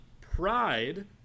pride